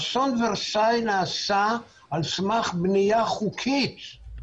אסון ורסאי נעשה על סמך בנייה חוקית,